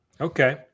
Okay